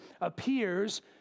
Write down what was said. appears